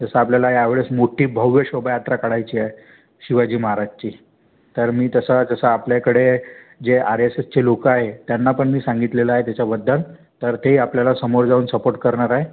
जसं आपल्याला यावेळेस मोठ्ठी भव्य शोभायात्रा काढायची आहे शिवाजी महाराजची तर मी तसं जसं आपल्याकडे जे आर एस एसचे लोक आहे त्यांना पण मी सांगितलेलं आहे त्याच्याबद्दल तर ते आपल्याला समोर जाऊन सपोर्ट करणार आहे